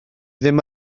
ddim